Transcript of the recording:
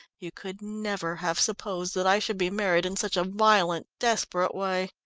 you could never have supposed that i should be married in such a violent, desperate way.